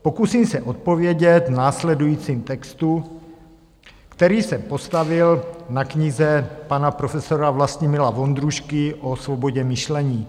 Pokusím se odpovědět v následujícím textu, který jsem postavil na knize pana profesora Vlastimila Vondrušky O svobodě myšlení.